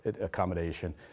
accommodation